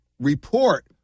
Report